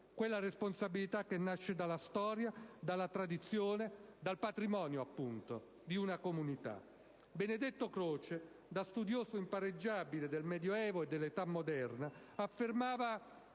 quella responsabilità che nasce dalla storia, dalla tradizione e dal patrimonio di una comunità. Benedetto Croce, da studioso impareggiabile del Medioevo e dell'età moderna, affermava